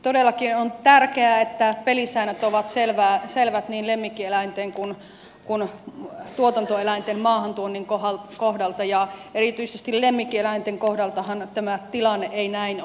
todellakin on tärkeää että pelisäännöt ovat selvät niin lemmikkieläinten kuin tuotantoeläinten maahantuonnin kohdalta ja erityisesti lemmikkieläinten kohdaltahan tämä tilanne ei näin ole ollut